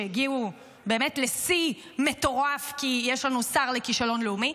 שהגיעו באמת לשיא מטורף כי יש לנו שר לכישלון לאומי,